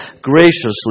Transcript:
graciously